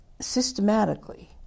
systematically